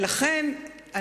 לכן,